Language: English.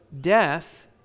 death